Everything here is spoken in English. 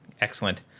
Excellent